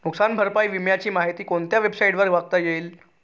नुकसान भरपाई विम्याची माहिती कोणत्या वेबसाईटवर बघता येईल?